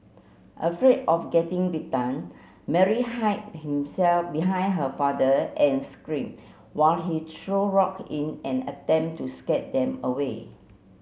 afraid of getting bitten Mary hid himself behind her father and screamed while he threw rock in an attempt to scare them away